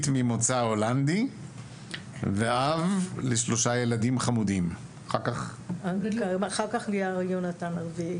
ממוצא הולנדי ואב לשלושה ילדים חמודים" אחר כך יונתן גם הרביעי.